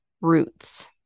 roots